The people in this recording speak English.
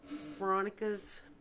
Veronica's